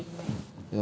no lah but